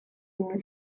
nuen